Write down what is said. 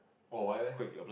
oh why leh